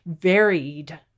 varied